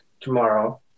tomorrow